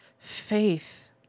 Faith